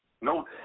no